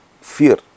fear